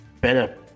better